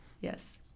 Yes